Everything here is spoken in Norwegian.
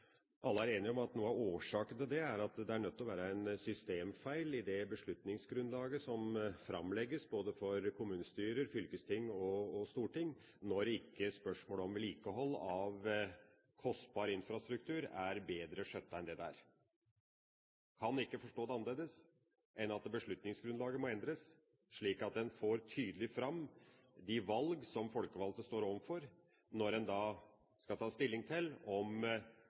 alle er enige om at noe av årsaken til det er at det er nødt til å være en systemfeil i det beslutningsgrunnlaget som framlegges både for kommunestyrer, fylkesting og storting, når ikke vedlikeholdet av kostbar infrastruktur er bedre skjøttet enn det det er. Jeg kan ikke forstå det annerledes enn at beslutningsgrunnlaget må endres, slik at en får tydelig fram de valg som folkevalgte står overfor når en skal ta stilling til om